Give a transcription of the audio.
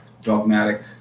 dogmatic